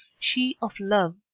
she of love,